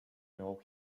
know